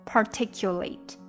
particulate